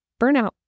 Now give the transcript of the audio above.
burnout